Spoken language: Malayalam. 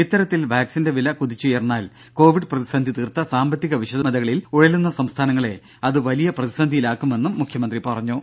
ഇത്തരത്തിൽ വാക്സിന്റെ വില കുതിച്ചുയർന്നാൽ കോവിഡ് പ്രതിസന്ധി തീർത്ത സാമ്പത്തിക വിഷമതകളിൽ ഉഴലുന്ന സംസ്ഥാനങ്ങളെ അതു വലിയ പ്രതിസന്ധിയിലാക്കുമെന്നും പിണറായി പറഞ്ഞു